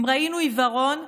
אם ראינו עיוורון,